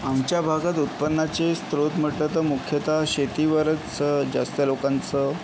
आमच्या भागात उत्पन्नाचे स्रोत म्हटलं तर मुख्यत शेतीवरच जास्त लोकांचं